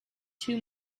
two